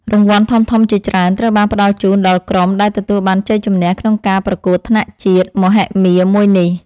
រង្វាន់ធំៗជាច្រើនត្រូវបានផ្តល់ជូនដល់ក្រុមដែលទទួលបានជ័យជំនះក្នុងការប្រកួតថ្នាក់ជាតិមហិមាមួយនេះ។